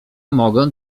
mogę